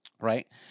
Right